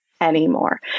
anymore